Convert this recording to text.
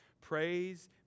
Praise